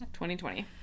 2020